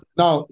now